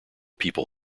people